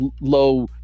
low